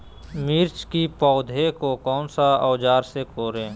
मिर्च की पौधे को कौन सा औजार से कोरे?